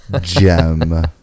Gem